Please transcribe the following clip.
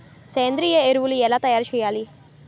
సేంద్రీయ ఎరువులు ఎలా తయారు చేయాలి?